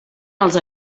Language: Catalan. els